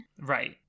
Right